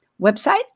website